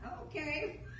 Okay